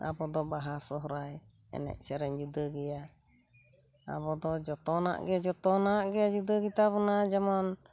ᱟᱵᱚᱫᱚ ᱵᱟᱦᱟ ᱥᱚᱦᱨᱟᱭ ᱮᱱᱮᱡ ᱥᱮᱨᱮᱧ ᱡᱩᱫᱟᱹᱜᱮᱭᱟ ᱟᱵᱚᱫᱚ ᱡᱚᱛᱚᱱᱟᱜ ᱜᱮ ᱡᱚᱛᱚᱱᱟᱜ ᱜᱮ ᱡᱩᱫᱟᱹ ᱜᱮᱛᱟᱵᱚᱱᱟ ᱡᱮᱢᱚᱱ